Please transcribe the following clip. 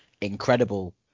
incredible